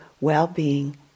well-being